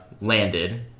landed